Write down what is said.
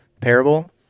parable